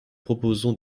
proposons